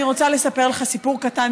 אני רוצה לספר לך סיפור קטן,